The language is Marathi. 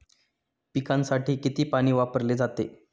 पिकांसाठी किती पाणी वापरले जाते?